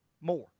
more